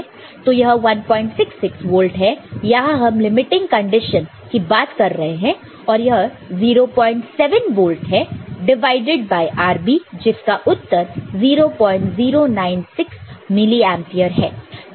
तो यह 166 वोल्ट है यहां हम लिमिटिंग कंडीशन की बात कर रहे हैं और यह 07 वोल्ट है डिवाइड बाय RB है जिसका उत्तर 0096 मिली एंपियर है